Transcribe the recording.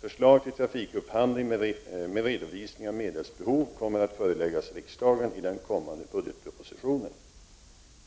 Förslag till trafikupphandling med redovisning av medelsbehov kommer att föreläggas riksdagen i den kommande budgetpropositionen.